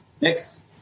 Next